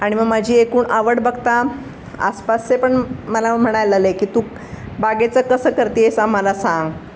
आणि मग माझी एकूण आवड बघता आसपासचे पण मला म्हणाय लागले की तू बागेचं कसं करते आहेस आम्हाला सांग